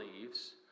leaves